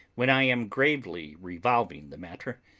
when i am gravely revolving the matter,